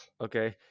Okay